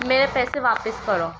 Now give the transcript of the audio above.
میرے پیسے واپس کرو